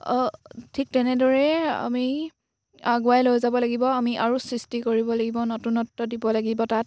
ঠিক তেনেদৰে আমি আগুৱাই লৈ যাব লাগিব আমি আৰু সৃষ্টি কৰিব লাগিব নতুনত্ব দিব লাগিব তাত